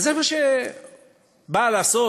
וזה מה שבא לעשות